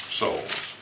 souls